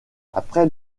après